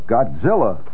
Godzilla